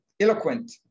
eloquent